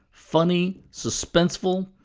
funny, suspenseful,